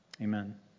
Amen